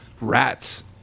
rats